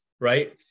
right